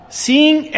seeing